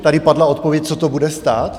Tady padla odpověď, co to bude stát?